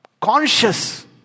conscious